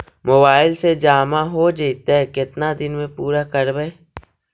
Mobile से जामा हो जैतय, केतना दिन में पुरा करबैय?